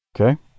Okay